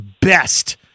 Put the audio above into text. best